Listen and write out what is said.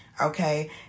okay